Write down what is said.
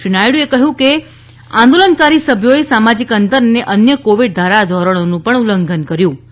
શ્રી નાયડુએ ઉમેર્યું કે આંદોલનકારી સભ્યોએ સામાજિક અંતર અને અન્ય કોવિડ ધારાધોરણોનું પણ ઉલ્લંઘન કર્યું હતું